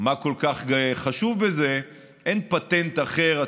מה כל כך חשוב בזה, אין פטנט אחר.